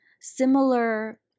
similar